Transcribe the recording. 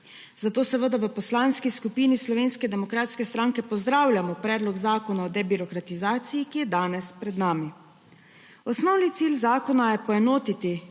zato seveda v Poslanski skupini SDS pozdravljamo Predlog zakona o debirokratizaciji, ki je danes pred nami. Osnovni cilj zakona je poenotiti,